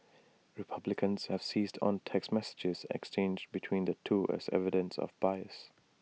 republicans have seized on text messages exchanged between the two as evidence of bias